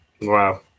Wow